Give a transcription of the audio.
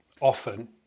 often